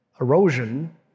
Erosion